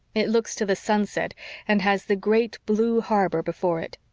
it looks to the sunset and has the great blue harbor before it.